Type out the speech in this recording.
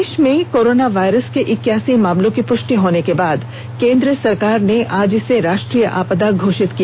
देश में कोरोनावायरस के इक्कासी मामलों की पुष्टि होने के बाद केंद्र सरकार ने आज इसे राष्ट्रीय आपदा घोषित किया